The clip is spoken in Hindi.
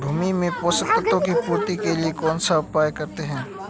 भूमि में पोषक तत्वों की पूर्ति के लिए कौनसा उपाय करते हैं?